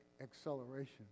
acceleration